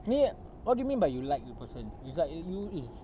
ni what do you mean by you like the person you like err you eh